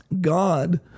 God